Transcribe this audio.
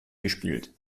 gespielt